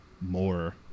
more